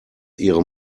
ihre